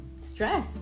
stress